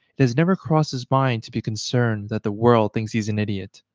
it has never crossed his mind to be concerned that the world thinks he's an idiot.